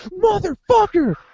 Motherfucker